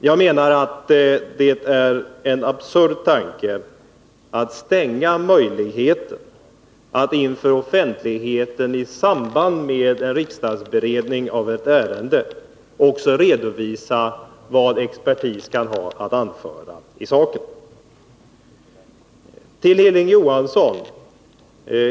Jag menar att det är en absurd tanke att stänga möjligheten att inför offentligheten i samband med riksdagsberedning av ett ärende också redovisa vad expertis kan ha att anföra i saken. Till Hilding Johansson!